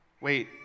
wait